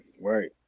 Right